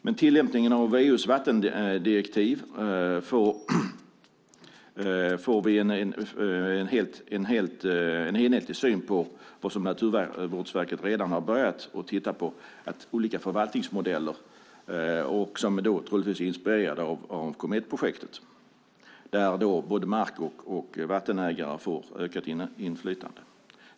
Med tillämpningen av EU:s vattendirektiv får vi en enhetlig syn. Naturvårdsverket har redan börjat tittat på olika förvaltningsmodeller - troligtvis med inspiration av Kometprojektet. Både mark och vattenägare får ett ökat inflytande.